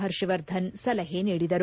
ಪರ್ಷವರ್ಧನ್ ಸಲಹೆ ನೀಡಿದರು